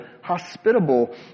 hospitable